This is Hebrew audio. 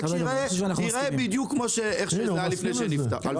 רק שיראה בדיוק כמו שאיך זה היה לפני שזה נפתח.